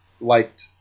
liked –